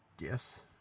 Yes